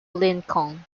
lincoln